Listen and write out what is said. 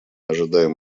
ожидаем